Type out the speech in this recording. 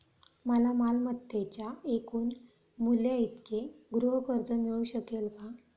मला मालमत्तेच्या एकूण मूल्याइतके गृहकर्ज मिळू शकेल का?